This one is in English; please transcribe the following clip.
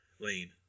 lane